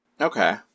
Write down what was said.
Okay